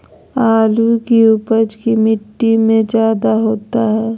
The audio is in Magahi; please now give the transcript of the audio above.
आलु की उपज की मिट्टी में जायदा होती है?